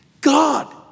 God